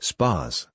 Spas